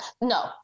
No